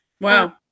Wow